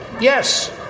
Yes